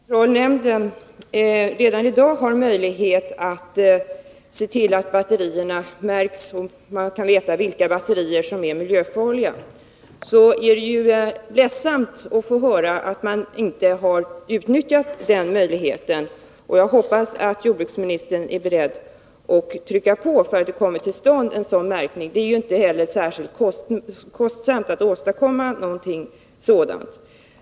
Herr talman! Om produktkontrollnämnden redan i dag har möjlighet att se till att batterierna märks så att man kan veta vilka batterier som är miljöfarliga, är det ledsamt att få höra att man inte har utnyttjat den möjligheten. Jag hoppas att jordbruksministern är beredd att trycka på, så att en sådan märkning kommer till stånd. Det är inte heller särskilt kostsamt att åstadkomma något sådant.